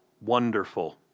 wonderful